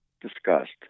discussed